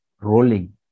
rolling